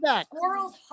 squirrel's